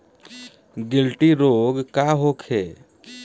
गिलटी रोग का होखे?